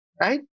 right